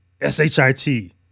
S-H-I-T